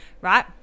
right